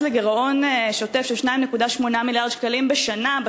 לגירעון שוטף של 2.8 מיליארד שקלים בשנה.